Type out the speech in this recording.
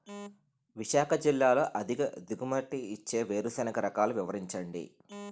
విశాఖ జిల్లాలో అధిక దిగుమతి ఇచ్చే వేరుసెనగ రకాలు వివరించండి?